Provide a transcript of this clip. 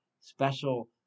special